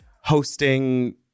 hosting